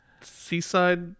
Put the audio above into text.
seaside